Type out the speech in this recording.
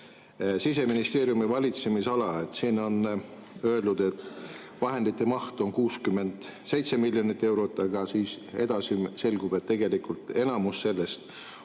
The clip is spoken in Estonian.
Siseministeeriumi valitsemisala vahendite maht on 67 miljonit eurot, aga edasi selgub, et tegelikult enamus sellest